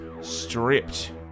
Stripped